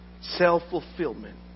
self-fulfillment